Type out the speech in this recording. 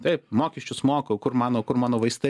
taip mokesčius moku o kur mano kur mano vaistai jeigu